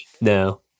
no